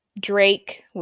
Drake